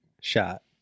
shot